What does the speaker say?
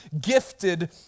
gifted